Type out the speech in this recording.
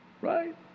right